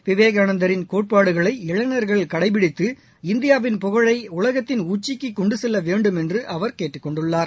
விவேகானந்தின் கோட்பாடுகளை இளைஞர்கள் கடைபிடித்து இந்தியாவின் புகழை உலகத்தின் உச்சிக்கு கொண்டு செல்ல வேண்டுமென்று அவர் கேட்டுக் கொண்டுள்ளார்